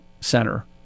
Center